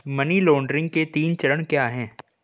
Money laundering के तीन चरण क्या हैं?